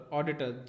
Auditor